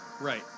Right